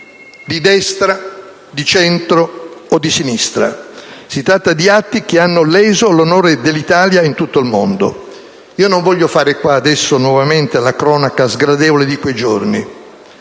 di destra, di centro o di sinistra. Si tratta di atti che hanno leso l'onore dell'Italia in tutto il mondo. Non voglio fare qua adesso, nuovamente, la cronaca sgradevole di quei giorni,